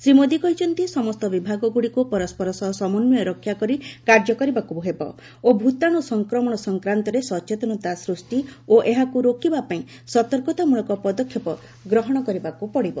ଶ୍ରୀ ମୋଦୀ କହିଛନ୍ତି ସମସ୍ତ ବିଭାଗଗୁଡ଼ିକୁ ପରସ୍କର ସହ ସମନ୍ୱୟ ରକ୍ଷା କରି କାର୍ଯ୍ୟ କରିବାକୁ ହେବ ଓ ଭୂତାଣୁ ସଂକ୍ରମଣ ସଂକ୍ରାନ୍ତରେ ସଚେତନତା ସୃଷ୍ଟି ଓ ଏହାକୁ ରୋକିବା ପାଇଁ ସତର୍କତାମୂଳକ ପଦକ୍ଷେପ ଗ୍ରହଣ କରିବାକୁ ପଡ଼ିବ